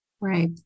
Right